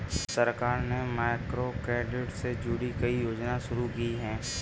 सरकार ने माइक्रोक्रेडिट से जुड़ी कई योजनाएं शुरू की